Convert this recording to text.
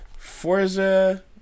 Forza